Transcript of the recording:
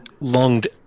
longed